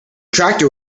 tractor